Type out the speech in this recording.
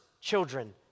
children